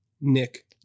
Nick